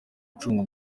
gucunga